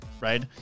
right